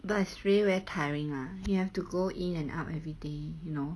but it's really very tiring ah you have to go in and out everyday you know